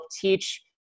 teach